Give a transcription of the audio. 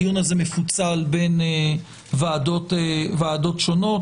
הדיון הזה מפוצל בין ועדות שונות,